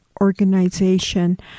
organization